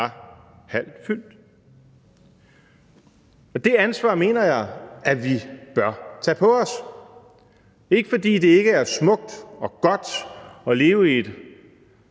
ikke var halvt fyldt. Det ansvar mener jeg at vi bør tage på os, ikke fordi det ikke er smukt og godt at leve i et